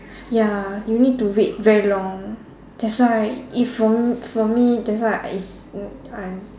ya you need to wait very long that's why if for me for me that's why I is n~ I'm